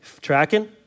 Tracking